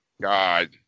God